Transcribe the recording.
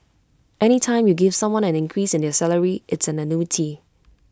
any time you give someone an increase in their salary it's an annuity